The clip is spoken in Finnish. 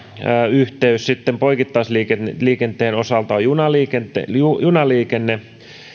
yhteys poikittaisliikenteen osalta on junaliikenne